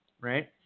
right